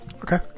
Okay